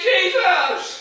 Jesus